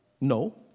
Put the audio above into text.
no